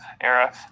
Era